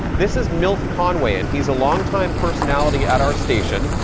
this is milt conway, and he's a long time personality at our station.